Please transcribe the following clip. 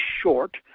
short